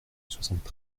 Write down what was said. soixante